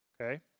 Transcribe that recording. okay